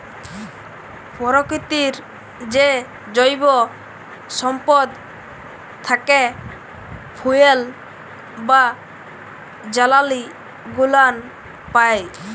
পরকিতির যে জৈব সম্পদ থ্যাকে ফুয়েল বা জালালী গুলান পাই